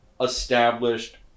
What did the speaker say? established